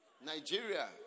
Nigeria